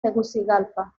tegucigalpa